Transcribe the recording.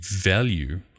value